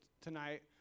tonight